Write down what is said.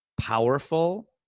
powerful